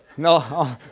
No